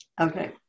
Okay